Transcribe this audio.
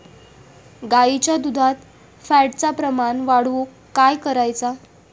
गाईच्या दुधात फॅटचा प्रमाण वाढवुक काय करायचा?